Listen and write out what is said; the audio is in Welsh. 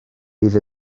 bydd